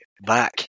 back